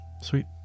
sweet